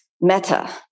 meta